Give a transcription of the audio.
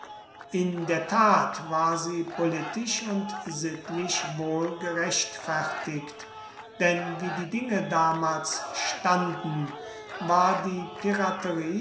in der tat war sie politisch und sittlich wohl gerechtfertigt denn wie die dinge damals standen war die